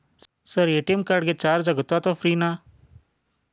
Sir ATM card ಗೆ charge ಆಗುತ್ತಾ ಅಥವಾ ಫ್ರೇ ನಾ?